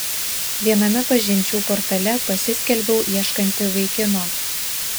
viename pažinčių portale pasiskelbiau ieškanti vaikino